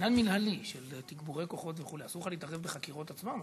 עניין מינהלי של תגבורי כוחות וכו' אסור לך להתערב בחקירות עצמן,